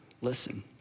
listen